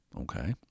okay